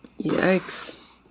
yikes